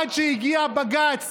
עד שהגיע בג"ץ,